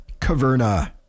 caverna